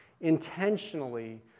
Intentionally